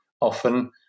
often